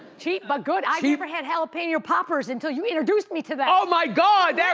cheap, but good. i've never had jalapeno poppers until you introduced me to them. oh my god! yeah